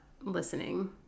listening